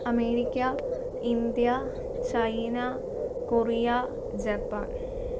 America India China Korea Japan